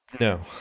No